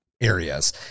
areas